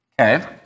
Okay